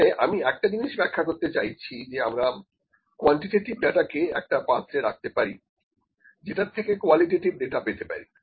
এখানে আমি একটা জিনিস ব্যাখ্যা করতে চাইছি যে আমরা কোয়ান্টিটেটিভ ডাটাকে একটা পাত্রে রাখতে পারি যেটা থেকে কোয়ালিটেটিভ ডাটা পেতে পারি